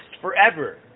forever